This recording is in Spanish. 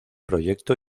proyecto